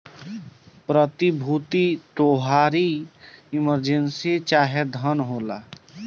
प्रतिभूति तोहारी इमर्जेंसी चाहे धन होला